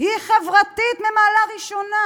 היא חברתית ממעלה ראשונה